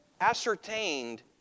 ascertained